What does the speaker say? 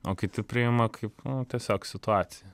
o kiti priima kaip tiesiog situaciją